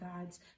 God's